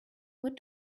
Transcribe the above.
what